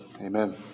amen